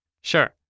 Sure